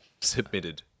submitted